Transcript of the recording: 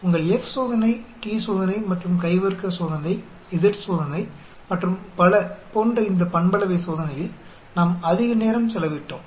உங்கள் F சோதனை T சோதனை மற்றும் கை வர்க்க சோதனை Z சோதனை மற்றும் பலபோன்ற இந்த பண்பளவை சோதனையில் நாம் அதிக நேரம் செலவிட்டோம்